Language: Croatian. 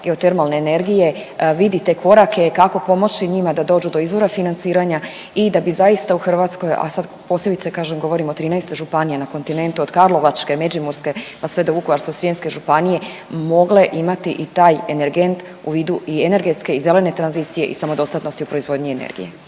geotermalne energije vidi te korake, kako pomoći njima da dođu do izvora financiranja i da bi zaista u Hrvatskoj, a sad posebice kažem govorim o 13 županija na kontinentu od karlovačke, međimurske pa sve do Vukovarsko-srijemske županije mogle imati i taj energent u vidu i energetske i zelene tranzicije i samodostatnosti u proizvodnji energije?